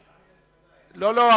לא, לא.